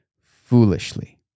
foolishly